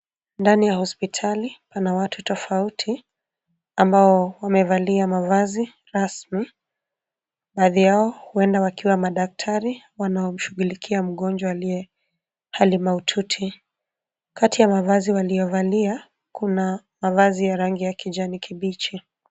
Ndani ya hospitali pana watu tofauti ambao wamevalia mavazi rasmi. Baadhi yao huenda wakiwa madaktari wanaomshughulikia mgonjwa aliye hali mahututi. Kati ya mavazi waliyovalia kuna mavazi ya rangi ya kijani kibichi.